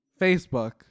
Facebook